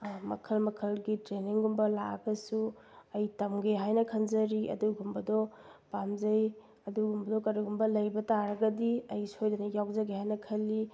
ꯃꯈꯜ ꯃꯈꯜꯒꯤ ꯇ꯭ꯔꯦꯅꯤꯡꯒꯨꯝꯕ ꯂꯥꯛꯑꯒꯁꯨ ꯑꯩ ꯇꯝꯒꯦ ꯍꯥꯏꯅ ꯈꯟꯖꯔꯤ ꯑꯗꯨꯒꯨꯝꯕꯗꯣ ꯄꯥꯝꯖꯩ ꯑꯗꯨꯒꯨꯝꯕꯗꯣ ꯀꯔꯤꯒꯨꯝꯕ ꯂꯩꯕ ꯇꯥꯔꯒꯗꯤ ꯑꯩ ꯁꯣꯏꯗꯅ ꯌꯥꯎꯖꯒꯦ ꯍꯥꯏꯅ ꯈꯜꯂꯤ